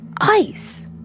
ice